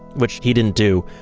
which he didn't do,